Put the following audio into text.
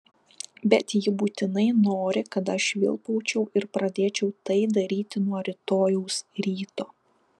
bet ji būtinai nori kad aš švilpaučiau ir pradėčiau tai daryti nuo rytojaus ryto